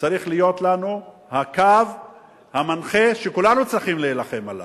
צריך להיות לנו הקו המנחה שכולנו צריכים להילחם עליו.